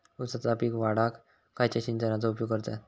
ऊसाचा पीक वाढाक खयच्या सिंचनाचो उपयोग करतत?